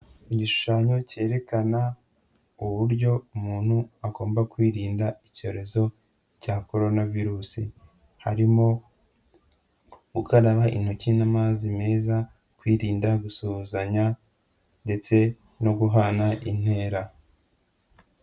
Igishushanyo cyerekana uburyo umuntu agomba kwirinda icyorezo cya Korona Virus, harimo gukaraba intoki n'amazi meza, kwirinda gusuhuzanya ndetse no guhana intera.